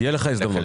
תהיה לך הזדמנות.